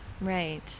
Right